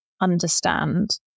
understand